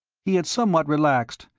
he had somewhat relaxed,